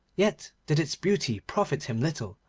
yet did its beauty profit him little,